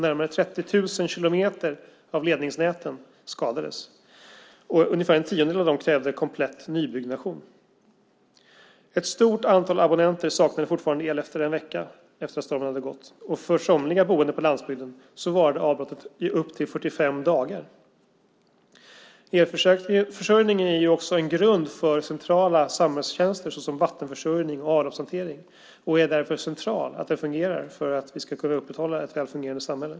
Närmare 30 000 kilometer ledningsnät skadades. Ungefär en tiondel krävde en komplett nybyggnation. En vecka efter stormen saknade ett stort antal abonnenter fortfarande el. För somliga boende på landsbygden varade avbrottet i upp till 45 dagar. Elförsörjningen är också en grund för centrala samhällstjänster såsom vattenförsörjning och avloppshantering. Att den fungerar är därför av central betydelse för att vi ska kunna upprätthålla ett väl fungerande samhälle.